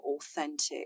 authentic